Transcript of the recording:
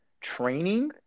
training